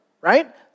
right